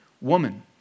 woman